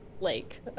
lake